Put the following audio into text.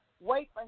Wait